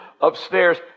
upstairs